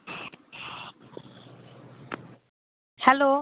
hello